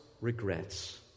regrets